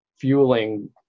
fueling